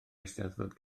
eisteddfod